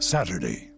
Saturday